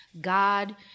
God